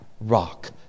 rock